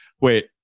Wait